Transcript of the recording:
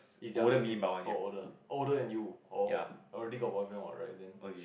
is younger sis or older older than you oh already got boyfriend what right then